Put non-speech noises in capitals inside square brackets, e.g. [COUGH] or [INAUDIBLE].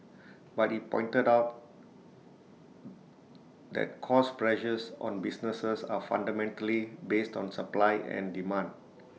but he pointed out [NOISE] that cost pressures on businesses are fundamentally based on supply and demand